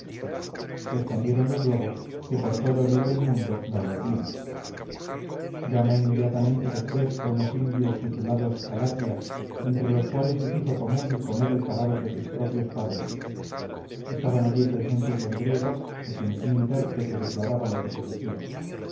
respondiéronle luego que por todo el oro del mundo no lo harían llama inmediatamente después a unos indios titulados calatias entre los cuales es uso común comer el cadáver de sus propios padres estaban allí presentes los griegos a quienes un intérprete declaraba lo que se decía